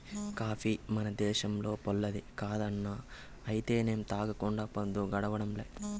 coffee మన దేశంపోల్లది కాదన్నా అయితేనేం తాగకుండా పద్దు గడవడంలే